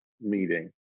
meeting